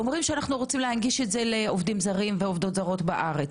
אומרים שרוצים להנגיש את זה לעובדים זרים ועובדות זרות בארץ.